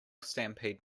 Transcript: stampede